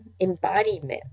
embodiment